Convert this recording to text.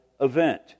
event